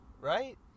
right